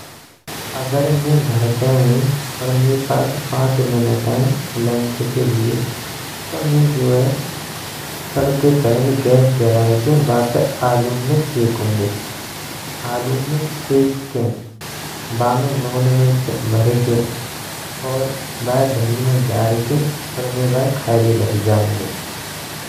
अगर मैं घर पे हौं और मये पास पाँच मिनटे लंच के लिए तो मीं जो है, सबते पहेल गैस जराये कइन। बापे आलूने सैकुंगो, आलूने सैकेने बामे नोन मिर्च भर कइन और बाए दही में डार्किन और बाए खायबे लग जाएंगो।